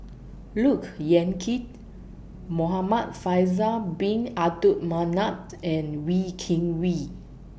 Look Yan Kit Muhamad Faisal Bin Abdul Manap and Wee Kim Wee